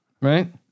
Right